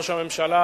נכון?